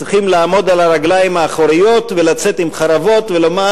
צריך לעמוד על הרגליים האחוריות ולצאת עם חרבות ולומר: